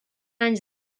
anys